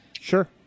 Sure